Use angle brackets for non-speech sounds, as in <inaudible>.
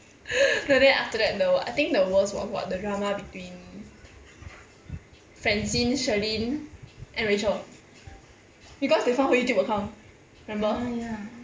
<breath> no then after that the w~ I think the worst was what the drama between francine shirleen and rachel because they found her Youtube account remember